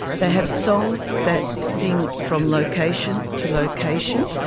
they have songs that sing from location to location,